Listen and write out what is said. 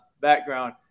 background